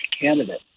candidate